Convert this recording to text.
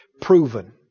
proven